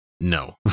no